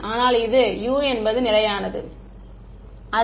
மாணவர் ஆனால் இது U என்பது நிலையானது அல்ல